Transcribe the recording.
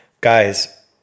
guys